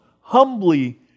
humbly